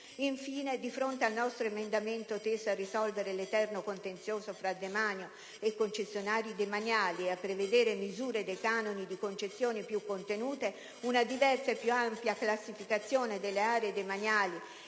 Infine, di fronte al nostro emendamento teso a risolvere l'eterno contenzioso tra demanio e concessionari demaniali e a prevedere misure dei canoni di concessione più contenute, una diversa e più ampia classificazione delle aree demaniali,